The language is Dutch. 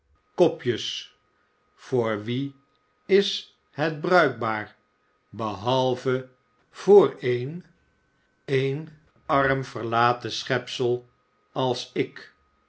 kopjes voor wien is het bruikbaar behalve voor een een arm verlaten schepsel als ik